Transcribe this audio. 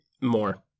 more